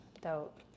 Dope